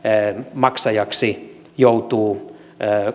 maksajaksi joutuu